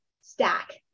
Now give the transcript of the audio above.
stack